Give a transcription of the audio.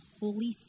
Holy